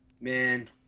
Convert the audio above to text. Man